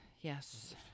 Yes